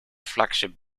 flagship